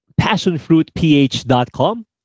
passionfruitph.com